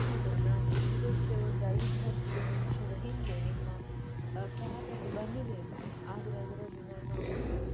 hello ನಾನು ಈಗಷ್ಟೆ ಒಂದು ಐದು ಹತ್ತು ನಿಮಿಷದ ಹಿಂದೆ ನಿಮ್ಮ ಕ್ಯಾಬಲ್ಲಿ ಬಂದಿದ್ದೇನೆ ಆದರೆ ಅದರಲ್ಲಿ ನನ್ನ ಒಂದು